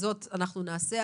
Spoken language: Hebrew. זאת אנחנו נעשה.